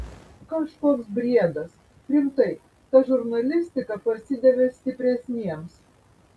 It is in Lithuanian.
kažkoks briedas rimtai ta žurnalistika parsidavė stipresniems